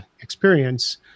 experience